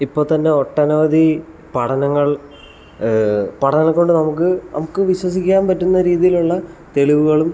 ഇപ്പോൾ തന്നെ ഒട്ടനവധി പഠനങ്ങൾ പഠനങ്ങൾ കൊണ്ട് നമുക്ക് നമുക്ക് വിശ്വസിക്കാൻ പറ്റുന്ന രീതിയിലുള്ള തെളിവുകളും